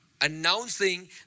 announcing